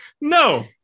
No